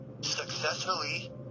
successfully